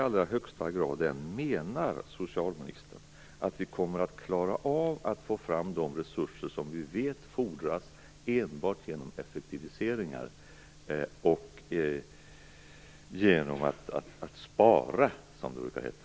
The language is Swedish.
Min fråga är: Menar socialministern att vi kommer klara av att få fram de resurser som vi vet fordras enbart genom effektiviseringar och genom att spara, som det brukar heta?